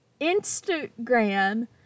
Instagram